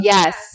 Yes